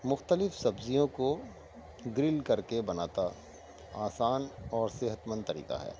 مختلف سبزیوں کو گرل کر کے بناتا آسان اور صحت مند طریقہ ہے